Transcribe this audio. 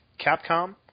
Capcom